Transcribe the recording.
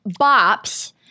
bops